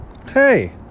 Hey